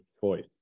choice